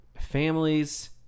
families